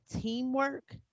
teamwork